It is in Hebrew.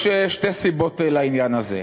יש שתי סיבות לעניין הזה: